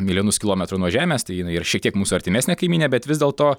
milijonus kilometrų nuo žemės tai jinai yra šiek tiek mūsų artimesnė kaimynė bet vis dėlto